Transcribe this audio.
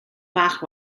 fach